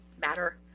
Matter